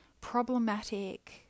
problematic